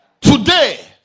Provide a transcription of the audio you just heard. today